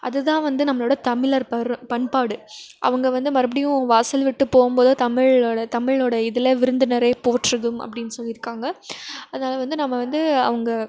அது தான் வந்து நம்மளோடய தமிழர் பர் பண்பாடு அவங்க வந்து மறுபடியும் வாசல் விட்டு போகும்போதோ தமிழோடய தமிழோடய இதில் விருந்தினரே போற்றுதும் அப்படின் சொல்லியிருக்காங்க அதனால் வந்து நம்ம வந்து அவங்க